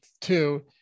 two